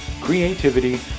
creativity